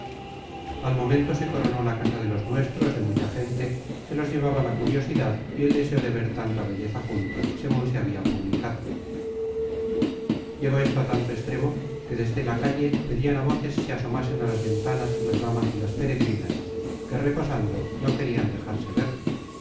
al momento se coronó la casa de los nuestros de mucha gente que los llevaba la curiosidad y el deseo de ver tanta belleza junta segun se habia publicado llegó esto á tanto extremo que desde la calle pedian á voces se asomasen á las ventanas las damas y las peregrinas que reposando no querian dejar verse